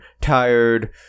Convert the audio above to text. tired